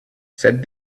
said